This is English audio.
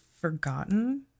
forgotten